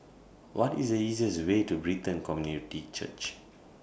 What IS The easiest Way to Brighton Community Church